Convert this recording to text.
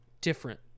different